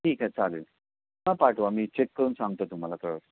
ठीक आहे चालेल हां पाठवा मी चेक करून सांगतो तुम्हाला कळवतो